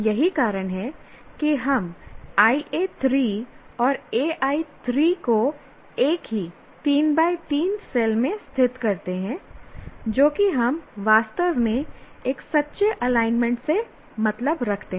यही कारण है कि हम IA3 और AI3 को एक ही 3 3 सेल में स्थित करते हैं जो कि हम वास्तव में एक सच्चे एलाइनमेंट से मतलब रखते हैं